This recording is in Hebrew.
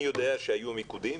אני יודע שהיו מיקודים,